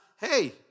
hey